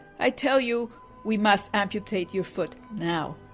i tell you we must amputate your foot now.